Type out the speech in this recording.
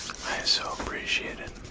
so appreciate it.